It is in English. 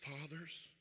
fathers